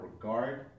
regard